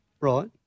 Right